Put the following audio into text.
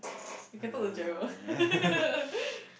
we can talk to Jerrold